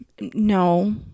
No